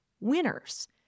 winners